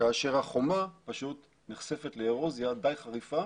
כאשר החומה פשוט נחשפת לאירוזיה די חריפה